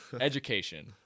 Education